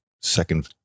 second